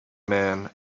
man